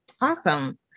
awesome